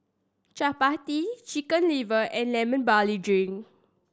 Chappati Chicken Liver and Lemon Barley Drink